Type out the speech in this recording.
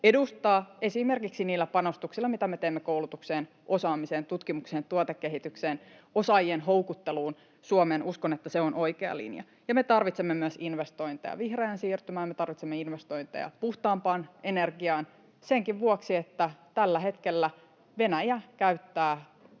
edustaa esimerkiksi niillä panostuksilla, mitä me teemme koulutukseen, osaamiseen, tutkimukseen, tuotekehitykseen, osaajien houkutteluun Suomeen. Uskon, että se on oikea linja. Ja me tarvitsemme myös investointeja vihreään siirtymään, me tarvitsemme investointeja puhtaampaan energiaan senkin vuoksi, että tällä hetkellä Venäjä käyttää